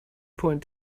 point